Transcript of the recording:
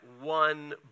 one